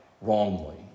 wrongly